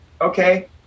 okay